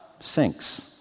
sinks